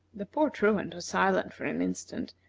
the poor truant was silent for an instant,